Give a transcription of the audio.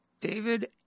David